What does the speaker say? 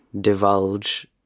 divulge